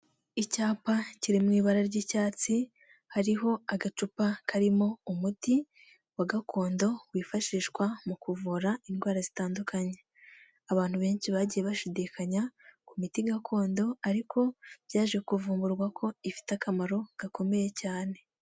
Icyapa kiri mu ibara ry'icyatsi, hariho agacupa karimo umuti wa gakondo wifashishwa mu kuvura indwara zitandukanye. Abantu benshi bagiye bashidikanya ku miti gakondo, ariko byaje kuvumburwa ko ifite akamaro gakomeye cyane.